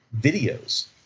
videos